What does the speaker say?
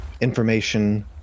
information